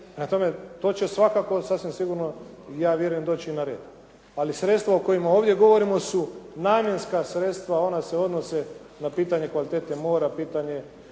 tome, to će svakako sasvim sigurno ja vjerujem doći na red. Ali sredstva o kojima ovdje govorimo su namjenska sredstva. Ona se odnose na pitanje kvalitete mora, pitanje